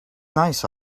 nice